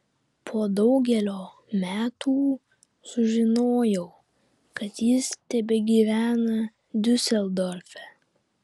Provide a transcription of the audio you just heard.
po daugelio metų sužinojau kad jis tebegyvena diuseldorfe